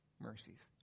mercies